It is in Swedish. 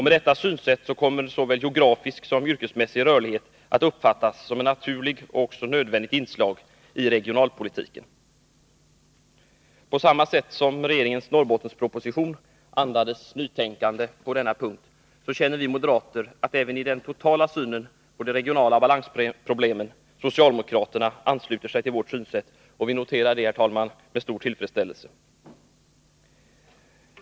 Med detta synsätt kommer såväl geografisk som yrkesmässig rörlighet att uppfattas som ett naturligt och också nödvändigt inslag i regionalpolitiken. Regeringens Norrbottensproposition andades nytänkande på denna punkt. Vi moderater känner att socialdemokraterna även i den totala synen på de regionala balansproblemen ansluter sig till vårt synsätt. Vi noterar det, herr talman, med stor tillfredsställelse.